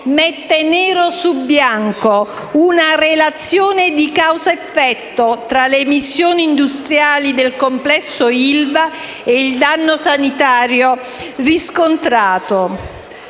mette nero su bianco una relazione di causa-effetto tra le emissioni industriali del complesso ILVA e il danno sanitario riscontrato.